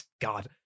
God